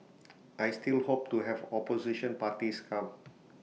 I still hope to have opposition parties come